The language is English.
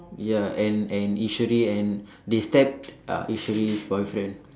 ya and and Eswari and they stab uh Eswari's boyfriend